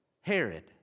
Herod